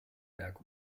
werk